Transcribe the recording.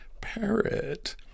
parrot